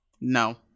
No